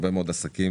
בהרבה מאוד עסקים,